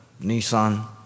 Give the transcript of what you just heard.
Nissan